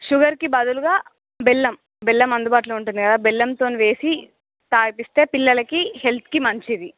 షుగర్కి బదులుగా బెల్లం బెల్లం అందుబాటులో ఉంటుంది కదా బెల్లంతోని వేసి తాగిస్తే పిల్లలకి హెల్త్కి మంచిది